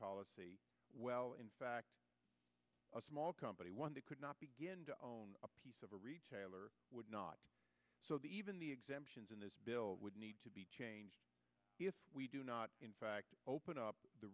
policy well in fact a small company one that could not begin to own a piece of a retailer would not so the even the exemptions in this bill would need to be changed if we do not in fact open